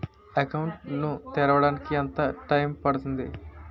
Account ను తెరవడానికి ఎంత టైమ్ పడుతుంది?